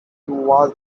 was